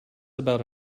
about